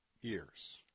years